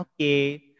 okay